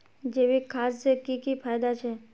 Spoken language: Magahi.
जैविक खाद से की की फायदा छे?